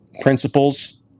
principles